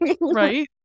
Right